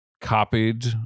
copied